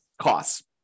costs